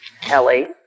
Kelly